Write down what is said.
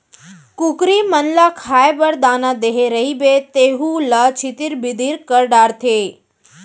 कुकरी मन ल खाए बर दाना देहे रइबे तेहू ल छितिर बितिर कर डारथें